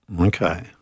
Okay